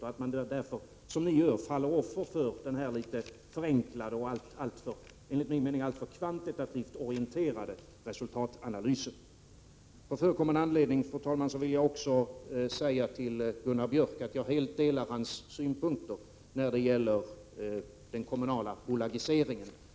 Därför gör man lätt som ni gör, nämligen faller offer för en förenklad och enligt min mening alltför kvantitativt orienterad resultatanalys. På förekommen anledning, fru talman, vill jag också säga till Gunnar Björk att jag helt delar hans synpunkter om den kommunala bolagiseringen.